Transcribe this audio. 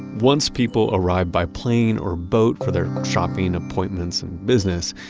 once people arrive by plane or boat for their shopping appointments and business,